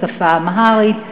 בשפה האמהרית,